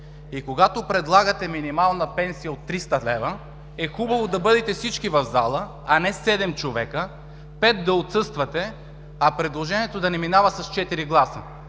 И когато предлагате минимална пенсия от 300 лв., е хубаво да бъдете всички в залата, а не седем човека – пет да отсъствате, и предложението да не минава с четири гласа,